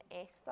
Esther